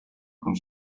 хүн